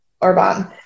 Orban